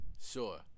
sure